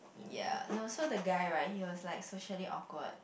ya know so the guy right he was like socially awkward